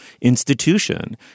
institution